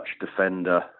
defender